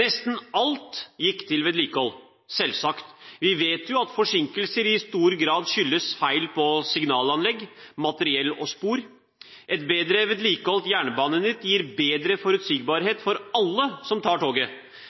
Nesten alt gikk til vedlikehold – selvsagt. Vi vet jo at forsinkelser i stor grad skyldes feil på signalanlegg, materiell og spor. Et bedre vedlikeholdt jernbanenett gir bedre forutsigbarhet for alle som tar toget.